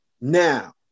Now